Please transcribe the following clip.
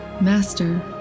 Master